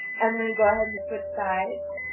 and then go ahead and switch sides,